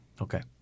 Okay